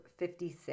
56